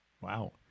Wow